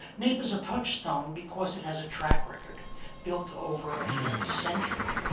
naep is a touchstone because it has a track record built over a half century.